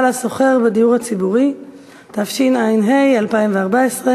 שבעה בעד,